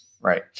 Right